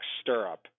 stirrup